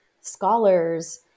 scholars